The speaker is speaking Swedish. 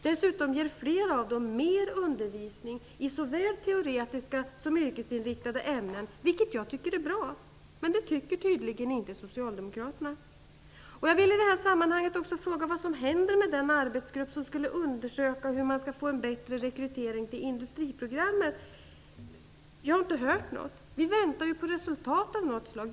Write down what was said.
Dessutom ger flera av dem mer undervisning i såväl teoretiska som yrkesinriktade ämnen, vilket jag tycker är bra, men det tycker tydligen inte Socialdemokraterna. Jag vill i detta sammanhang också fråga vad som händer med den arbetsgrupp som skulle undersöka hur man skall få en bättre rekrytering till industriprogrammet. Jag har inte hört något om den. Vi väntar på resultat av något slag.